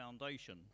foundation